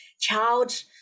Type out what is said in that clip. child